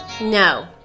No